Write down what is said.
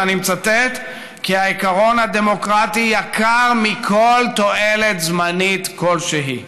ואני מצטט: "העיקרון הדמוקרטי יקר יותר מכל תועלת זמנית כלשהי".